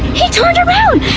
he turned around.